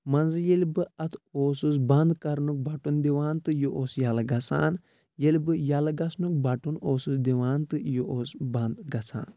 منٛزٕ ییٚلہِ بہٕ اَتھ اوسُس بنٛد کَرنُک بَٹُن دِوان تہٕ یہِ اوس یَلہٕ گژھان ییٚلہِ بہٕ یَلہٕ گژھنُک بَٹُن اوسُس دِوان تہٕ یہِ اوس بنٛد گژھان